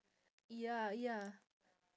ya ya